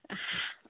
ह